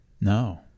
No